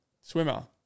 swimmer